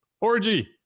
orgy